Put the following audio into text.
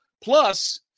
Plus